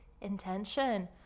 intention